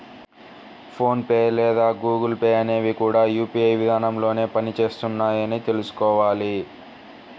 phone pay లేదా Google Pay అనేవి కూడా యూ.పీ.ఐ విధానంలోనే పని చేస్తున్నాయని తెల్సుకోవాలి